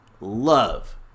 love